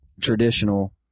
traditional